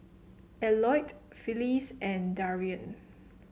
Eliot Phyllis and Darien